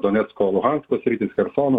donecko luhansko sritys chersono